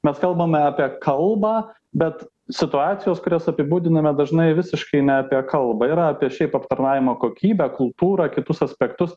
mes kalbame apie kalbą bet situacijos kurias apibūdiname dažnai visiškai ne apie kalbą yra apie šiaip aptarnavimo kokybę kultūrą kitus aspektus